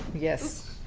yes.